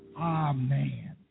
Amen